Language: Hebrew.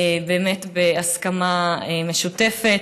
באמת בהסכמה משותפת.